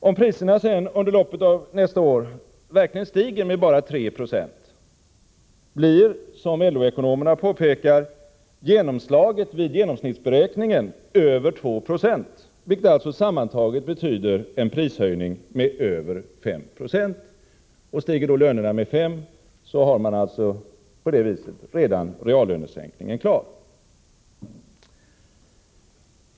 Om priserna sedan under loppet av nästa år verkligen stiger med bara 396, blir — som LO-ekonomerna påpekar — genomslaget vid genomsnittsberäkningen över 2 90, vilket alltså sammantaget betyder en prishöjning med över 5 90. Stiger då lönerna med 5 96, har man alltså reallönesänkningen klar.